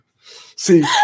See